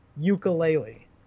ukulele